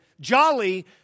Jolly